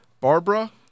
Barbara